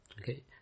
Okay